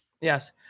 Yes